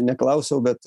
neklausiau bet